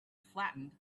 flattened